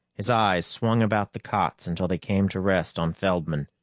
his eyes swung about the cots until they came to rest on feldman.